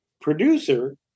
producer